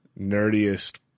nerdiest